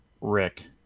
Rick